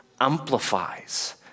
amplifies